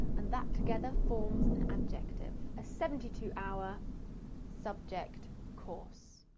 and that together forms an adjective. a seventy two hour subject course.